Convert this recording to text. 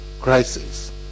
crisis